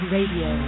Radio